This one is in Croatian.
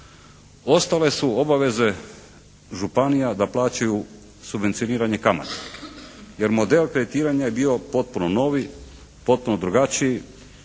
Ostale su obaveze županija da plaćaju subvencioniranje kamata, jer model kreditiranja je bio potpuno novi, potpuno drugačiji